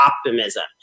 optimism